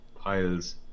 piles